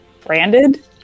Branded